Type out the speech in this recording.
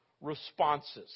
responses